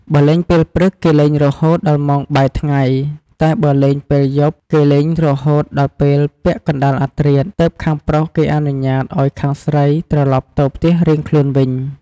បើលេងពេលព្រឹកគេលេងរហូតដល់ពេលម៉ោងបាយថ្ងៃ តែបើលេងពេលយប់គេលេងរហូតដល់ពេលពាក់កណ្ដាលអធ្រាត្រ ទើបខាងប្រុសគេអនុញ្ញាតឲ្យខាងស្រីត្រឡប់ទៅផ្ទះរៀងខ្លួនវិញ។